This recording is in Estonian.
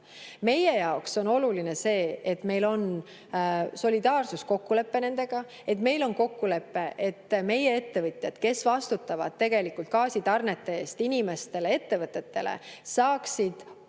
Meie jaoks on oluline see, et meil on solidaarsuskokkulepe nendega. Meil on kokkulepe, et meie ettevõtjad, kes vastutavad gaasitarnete eest inimestele, ettevõtetele, saaksid sinna